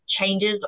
changes